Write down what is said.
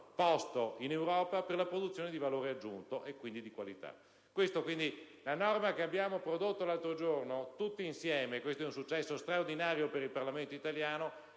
posto in Europa per la produzione di valore aggiunto e, quindi, di qualità. La norma che abbiamo prodotto tutti insieme l'altro giorno - ed è un successo straordinario per il Parlamento italiano